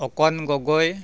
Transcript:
অকন গগৈ